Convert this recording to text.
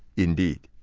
indeed.